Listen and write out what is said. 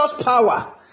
power